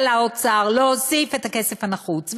אלא לאוצר: להוסיף את הכסף הנחוץ.